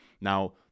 Now